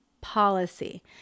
policy